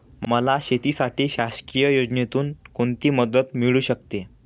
मला शेतीसाठी शासकीय योजनेतून कोणतीमदत मिळू शकते?